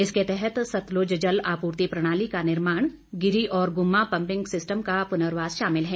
इसके तहत सतलुज जल आपूर्ति प्रणाली का निर्माण गिरी और गुम्मा पम्पिंग सिस्टम का पुर्नवास शामिल है